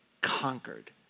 conquered